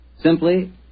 Simply